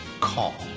call.